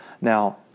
Now